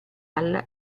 alla